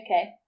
Okay